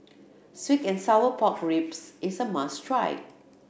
sweet and sour pork ribs is a must try